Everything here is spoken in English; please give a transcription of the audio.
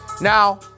Now